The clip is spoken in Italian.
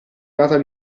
data